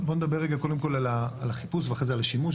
בוא נדבר רגע קודם כל על החיפוש ואחרי זה על השימוש.